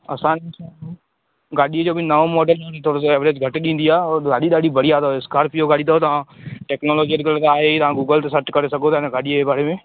असां गाॾी जो बि नओं मोडल आहे थोरो सो एवरेज घटि ॾींदी आहे और गाॾी ॾाढी बढ़िया अथव स्कारपियो गाॾी अथव त टेक्नोलॉजी अॼुकल्ह त आहे तव्हां गूगल ते सर्च करे सघो था हिन गाॾीअ जे बारे में